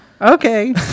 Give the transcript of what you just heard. Okay